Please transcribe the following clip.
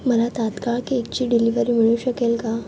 मला तात्काळ केकची डिलिवरी मिळू शकेल का